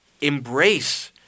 embrace